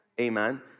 amen